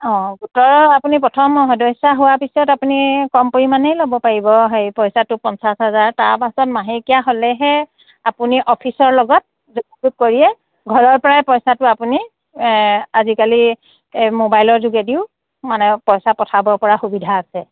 অঁ গোটৰ আপুনি প্ৰথম সদস্যা হোৱাৰ পিছত আপুনি কম পৰিমাণেই ল'ব পাৰিব হেৰি পইচাটো পঞ্চাছ হাজাৰ তাৰপাছত মাহেকীয়া হ'লেহে আপুনি অফিচৰ লগত যোগাযোগ কৰিয়ে ঘৰৰ পৰাই পইচাটো আপুনি আজিকালি মোবাইলৰ যোগেদিও মানে পইচা পঠাব পৰা সুবিধা আছে